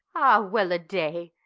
well-a-day!